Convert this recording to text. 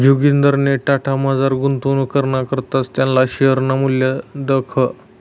जोगिंदरनी टाटामझार गुंतवणूक कराना करता त्याना शेअरनं मूल्य दखं